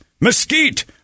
mesquite